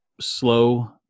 slow